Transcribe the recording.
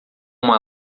uma